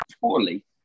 poorly